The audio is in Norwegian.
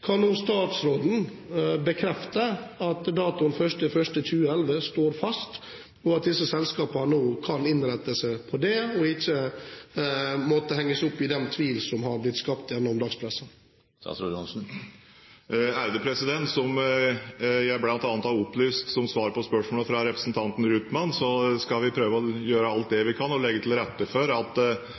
Kan statsråden bekrefte at datoen 1. januar 2011 står fast, og at disse selskapene nå kan innrette seg etter det og ikke måtte henge seg opp i den tvil som har blitt skapt gjennom dagspressen? Som jeg bl.a. har opplyst i svar på spørsmål fra representanten Rytman, skal vi prøve å gjøre alt vi kan for å legge til rette for at